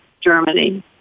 Germany